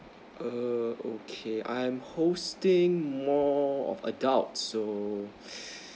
err okay I am hosting more of adult so